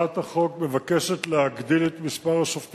הצעת חוק בתי-המשפט (תיקון מס' 70)